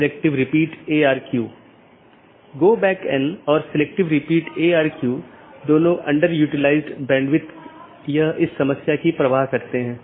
network layer की जानकारी क्या है इसमें नेटवर्क के सेट होते हैं जोकि एक टपल की लंबाई और उपसर्ग द्वारा दर्शाए जाते हैं जैसा कि 14 202 में 14 लम्बाई है और 202 उपसर्ग है और यह उदाहरण CIDR रूट है